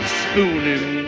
spooning